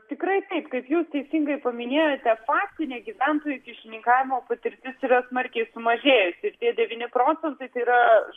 tikrai taip kaip jūs teisingai paminėjote faktinė gyventojų kyšininkavimo patirtis yra smarkiai sumažėjusi ir tie devyni procentai yra